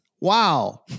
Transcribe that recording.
Wow